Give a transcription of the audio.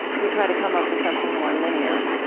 we try to come up with something more linear.